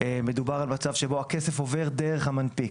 מדובר על מצב שבו הכסף עובר דרך המנפיק.